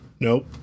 Nope